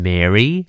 Mary